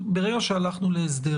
והרף הזה,